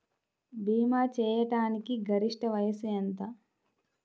భీమా చేయాటానికి గరిష్ట వయస్సు ఎంత?